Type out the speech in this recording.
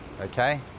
Okay